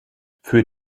für